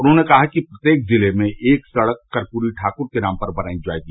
उन्होंने कहा कि प्रत्येक जिले में एक सड़क कूर्यरी ठाक्र के नाम पर बनायी जायेगी